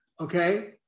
Okay